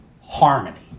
harmony